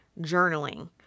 journaling